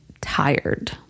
tired